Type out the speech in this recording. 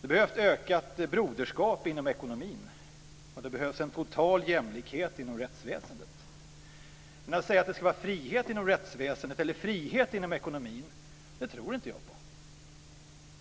Det behövs ökad broderskap inom ekonomin och total jämlikhet inom rättsväsendet. Men att säga att det ska vara frihet inom rättsväsendet eller frihet inom ekonomin är något som jag